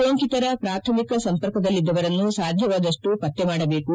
ಸೋಂಕಿತರ ಪ್ರಾಥಮಿಕ ಸಂಪರ್ಕದಲ್ಲಿದ್ದವರನ್ನು ಸಾಧ್ಯವಾದಷ್ಟು ಪತ್ತೆ ಮಾಡಬೇಕು